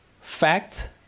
fact